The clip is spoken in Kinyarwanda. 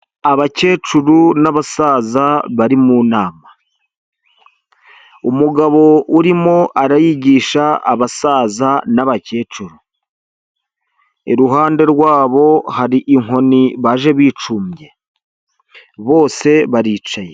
Abakecuru n'abasaza bari mu nama, umugabo urimo arayigisha abasaza n'abakecuru, iruhande rwabo hari inkoni baje bicumye, bose baricaye.